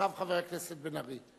ואחריו חבר הכנסת בן-ארי,